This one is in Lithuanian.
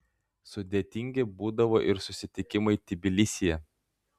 sudėtingi būdavo ir susitikimai tbilisyje